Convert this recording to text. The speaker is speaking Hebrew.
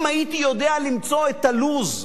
אם הייתי יודע למצוא את הלו"ז